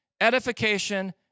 edification